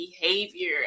behavior